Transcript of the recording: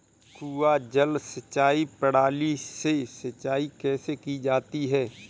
कुआँ जल सिंचाई प्रणाली से सिंचाई कैसे की जाती है?